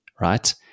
right